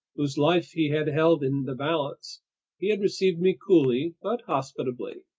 whose life he had held in the balance he had received me coolly but hospitably.